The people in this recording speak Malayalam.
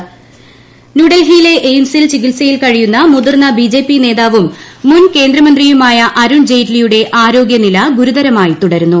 അരുൺ ജെയ്റ്റ്ലി ന്യൂഡൽഹിയിലെ എയിംസിൽ ചികിത്സയിൽ കഴിയുന്ന മുതിർന്ന ബിജെപി നേതാവും മുൻ കേന്ദ്രമന്ത്രിയുമായ അരുൺ ജെയ്റ്റ്ലിയുടെ ആരോഗ്യനില ഗുരുതരമായി തുടരുന്നു